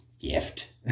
gift